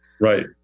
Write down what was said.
Right